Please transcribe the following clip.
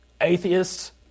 atheists